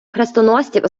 хрестоносців